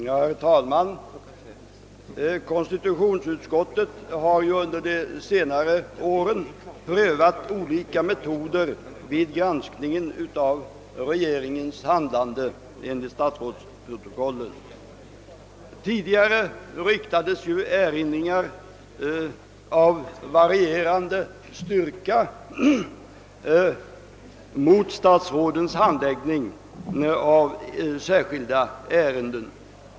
Herr talman! Konstitutionsutskottet har under senare år prövat olika metoder vid granskningen av regeringens handlande enligt statsrådsprotokollen. Tidigare riktades ju erinringar av varierande styrka mot statsrådens handläggning av särskilda ärenden.